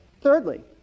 Thirdly